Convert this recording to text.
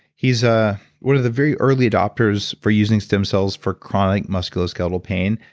he's ah one of the very early doctors for using stem cells for chronic musculoskeletal pain.